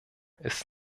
ist